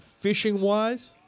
fishing-wise